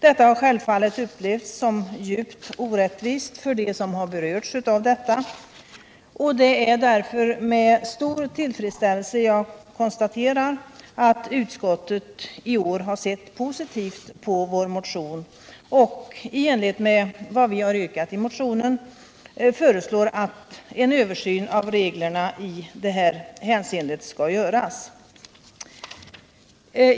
Detta har självfallet upplevts som djupt orättvist av dem som berörts av det, och det är därför med stor tillfredsställelse jag konstaterar att utskottet i år har sett positivt på vår motion och i enlighet med vad vi yrkat i motionen föreslår att en översyn av reglerna i detta hänseende skall göras.